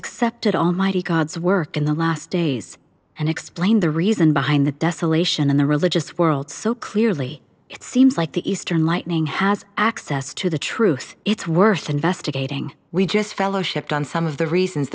accepted almighty god's work in the last days and explain the reason behind the desolation and the religious world so clearly it seems like the eastern lightning has access to the truth it's worth investigating we just fellowshipped on some of the reasons